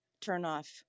turnoff